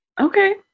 Okay